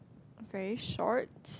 very short